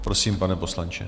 Prosím, pane poslanče.